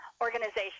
organization